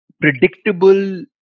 predictable